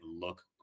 look